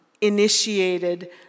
initiated